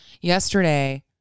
yesterday